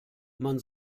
man